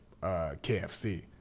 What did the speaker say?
KFC